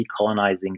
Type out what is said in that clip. decolonizing